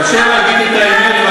קשה להגיד את האמת.